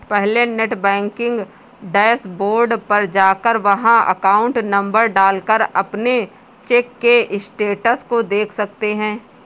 पहले net banking dashboard पर जाकर वहाँ अकाउंट नंबर डाल कर अपने चेक के स्टेटस को देख सकते है